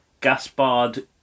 gaspard